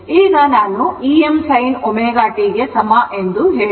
ಈಗ ನಾನು Em sin ω t ಗೆ ಸಮ ಎಂದು ಹೇಳಿದೆ